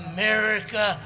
America